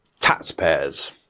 taxpayers